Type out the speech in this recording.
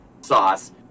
sauce